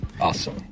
Awesome